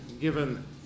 given